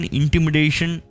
intimidation